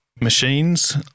machines